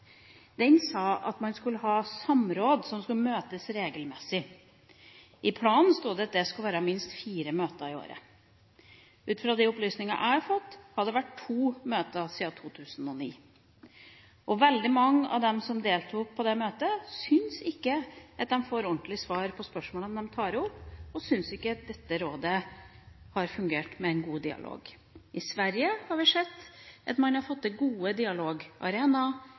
at man skulle ha samråd som skulle møtes regelmessig, og at det skulle være minst fire møter i året. Ut fra de opplysningene jeg har fått, har det vært to møter siden 2009. Veldig mange av dem som deltok på de møtene, syns ikke de får ordentlig svar på spørsmålene de tar opp, og syns ikke dette rådet har fungert med en god dialog. I Sverige har vi sett at man har fått til gode